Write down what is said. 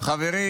חברי